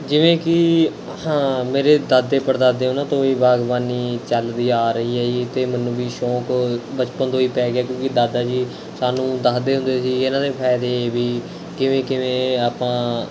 ਜਿਵੇਂ ਕਿ ਮੇਰੇ ਦਾਦੇ ਪੜਦਾਦੇ ਉਨ੍ਹਾਂ ਤੋਂ ਹੀ ਬਾਗਬਾਨੀ ਚੱਲਦੀ ਆ ਰਹੀ ਹੈ ਜੀ ਅਤੇ ਮੈਨੂੰ ਵੀ ਸ਼ੌਕ ਬਚਪਨ ਤੋਂ ਹੀ ਪੈ ਗਿਆ ਕਿਉਂਕਿ ਦਾਦਾ ਜੀ ਸਾਨੂੰ ਦੱਸਦੇ ਹੁੰਦੇ ਸੀ ਇਨ੍ਹਾਂ ਦੇ ਫਾਇਦੇ ਵੀ ਕਿਵੇਂ ਕਿਵੇਂ ਆਪਾਂ